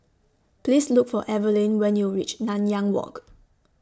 Please Look For Evelin when YOU REACH Nanyang Walk